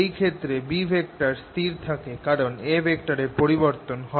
এই ক্ষেত্রে B স্থির থাকে কারণ A এর পরিবর্তন হয়